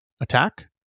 attack